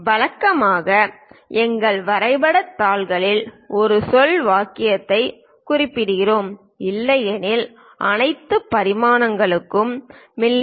வழக்கமாக எங்கள் வரைபடத் தாள்களில் ஒரு சொல் வாக்கியத்தைக் குறிப்பிடுகிறோம் இல்லையெனில் அனைத்து பரிமாணங்களும் மி